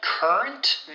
Current